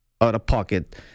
out-of-pocket